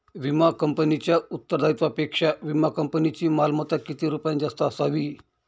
विमा कंपनीच्या उत्तरदायित्वापेक्षा विमा कंपनीची मालमत्ता किती रुपयांनी जास्त असावी?